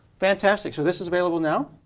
fantastic. so this is available now?